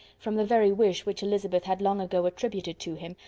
from the very wish which elizabeth had long ago attributed to him,